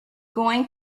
going